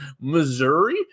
Missouri